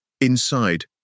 Inside